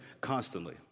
constantly